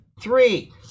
Three